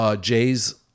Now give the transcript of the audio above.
Jay's